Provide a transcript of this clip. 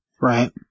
Right